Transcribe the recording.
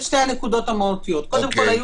הנקודות המהותיות: קודם כל,